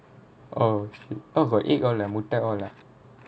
oh shit got egg all ah all ah